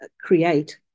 create